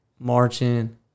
marching